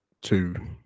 two